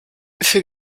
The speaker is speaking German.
für